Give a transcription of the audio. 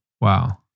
Wow